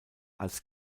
als